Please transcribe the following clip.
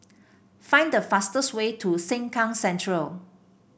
find the fastest way to Sengkang Central